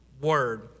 Word